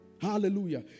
Hallelujah